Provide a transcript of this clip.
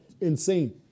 Insane